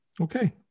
Okay